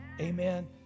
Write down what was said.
Amen